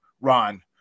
Ron